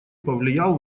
повлиял